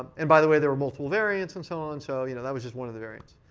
and by the way, there are multiple variants, and so on, so you know that was just one of the variants.